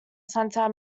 centre